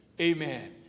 Amen